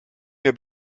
mir